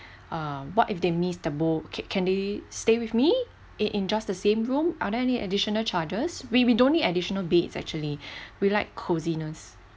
err what if they miss the boat can can they stay with me in in just the same room are there any additional charges we we don't need additional beds actually we like cosiness